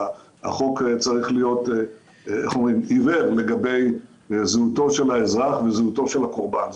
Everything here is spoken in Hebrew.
החוק צריך להיות עיוור לגבי זהותו של האזרח וזהותו של הקורבן.